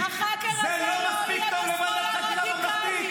זה לא מספיק טוב לוועדת חקירה ממלכתית?